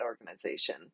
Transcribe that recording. organization